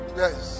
yes